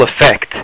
effect